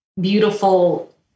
beautiful